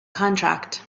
contract